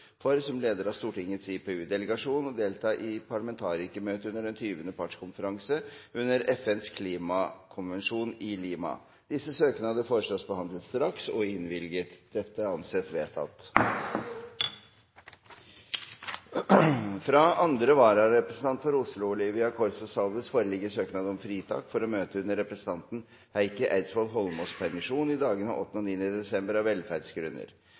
for, som leder av Stortingets IPU-delegasjon, å delta i parlamentarikermøtet under den 20. partskonferanse under FNs klimakonvensjon, i Lima Disse søknadene foreslås behandlet straks og innvilget. – Det anses vedtatt. Fra andre vararepresentant for Oslo, Olivia Corso Salles, foreligger søknad om fritak for å møte under representanten Heikki Eidsvoll Holmås’ permisjon i dagene 8. og 9. desember, av velferdsgrunner.